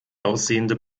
aussehende